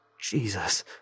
Jesus